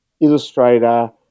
Illustrator